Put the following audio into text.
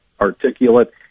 articulate